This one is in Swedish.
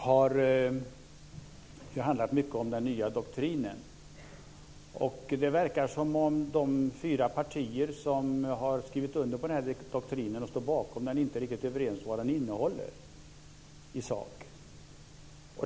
Herr talman! Den utrikespolitiska debatten här i dag har handlat mycket om den nya doktrinen. Det verkar som om de fyra partier som har skrivit under den och står bakom den inte är riktigt överens om vad den innehåller i sak.